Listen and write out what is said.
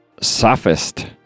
Sophist